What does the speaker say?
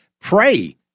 pray